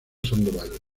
sandoval